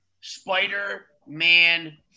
Spider-Man